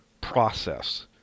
process